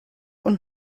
und